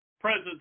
presence